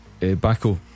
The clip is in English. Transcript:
Baco